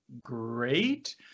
great